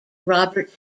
robert